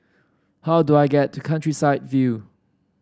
how do I get to Countryside View